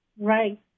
Right